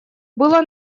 было